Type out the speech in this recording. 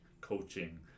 coaching